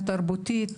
התרבותית,